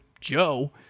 Joe